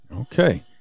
Okay